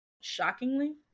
Shockingly